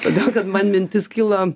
todėl kad man mintis kilo